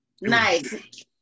Nice